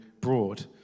broad